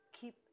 keep